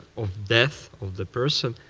of death of the person,